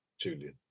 Julian